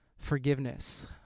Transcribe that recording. forgiveness